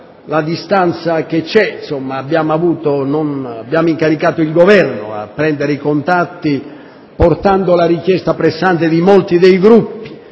la distanza che c'è abbiamo incaricato il Governo di prendere i contatti portando la richiesta pressante di molti dei Gruppi